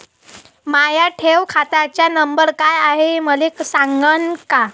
माया ठेव खात्याचा नंबर काय हाय हे मले सांगान का?